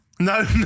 No